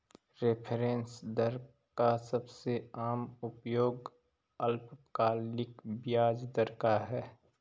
reference दर का सबसे आम उपयोग अल्पकालिक ब्याज दर का है